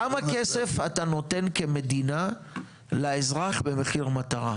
כמה כסף אתה נותן כמדינה לאזרח במחיר מטרה?